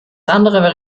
andere